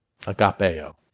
agapeo